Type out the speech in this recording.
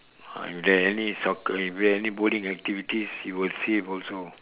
ah if there are any soccer if there are any bowling activities you will save also